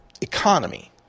economy